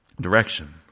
direction